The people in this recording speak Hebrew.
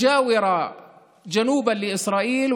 השוכנת מדרומה של ישראל,